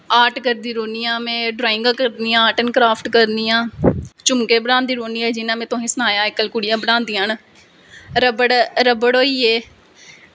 में आर्ट करदी रौह्नी आं में ड्राईंगां करनीं आं आर्ट ऐंड़ क्राफ्ट करनीं आं झुमके बनांदी रौह्नी आं जियां में तुसेंगी सनाया अज्ज कल कुड़ियां बनांदियां न रब्बड़ होई गे